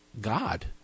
God